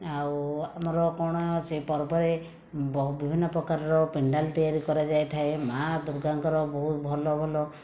ଆଉ ଆମର କ'ଣ ସେହି ପର୍ବରେ ବିଭିନ୍ନ ପ୍ରକାରର ପେଣ୍ଡାଲ ତିଆରି କରାଯାଇଥାଏ ମା' ଦୁର୍ଗାଙ୍କର ବହୁ ଭଲ ଭଲ